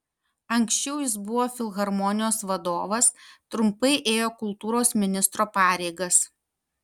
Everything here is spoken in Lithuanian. anksčiau jis buvo filharmonijos vadovas trumpai ėjo kultūros ministro pareigas